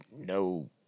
no